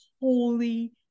holy